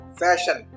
fashion